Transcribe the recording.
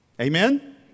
Amen